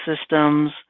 systems